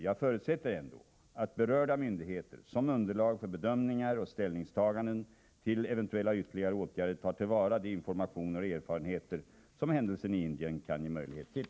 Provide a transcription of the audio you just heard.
Jag förutsätter ändå att berörda myndigheter, som underlag för bedömningar och ställningstaganden till eventuella ytterligare åtgärder, tar till vara de informationer och erfarenheter som händelsen i Indien kan ge möjlighet till.